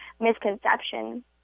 misconception